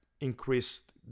increased